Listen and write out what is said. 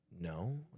No